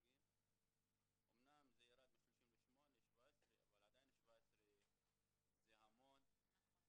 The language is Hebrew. אמנם זה ירד מ-38 ל-17, אבל עדיין 17 זה המון.